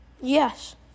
Yes